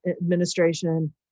administration